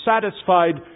satisfied